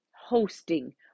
hosting